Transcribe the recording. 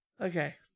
Okay